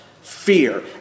Fear